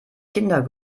kinder